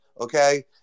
okay